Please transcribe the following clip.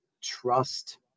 trust